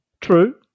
True